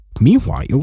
Meanwhile